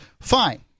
Fine